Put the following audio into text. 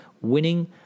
winning